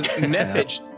Message